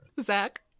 Zach